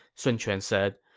sun quan said.